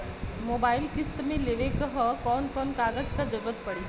Mobile किस्त मे लेवे के ह कवन कवन कागज क जरुरत पड़ी?